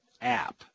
app